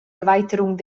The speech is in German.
erweiterung